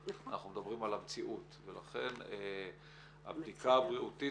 אנחנו מדברים על המציאות ולכן הבדיקה הבריאותית